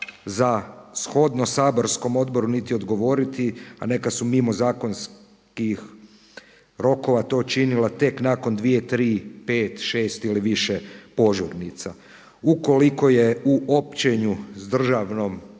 za shodno saborskom odboru niti odgovoriti, a neka su mimo zakonskih rokova to činila tek nakon dvije, tri, pet, šest ili više požurnica. U koliko je u općenju s državnom